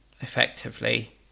effectively